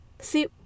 See